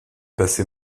passé